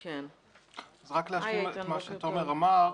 רק להשלים את מה שתומר אמר.